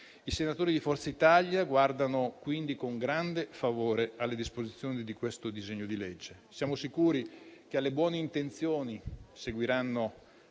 I senatori di Forza Italia guardano quindi con grande favore alle norme del presente disegno di legge. Siamo sicuri che alle buone intenzioni seguiranno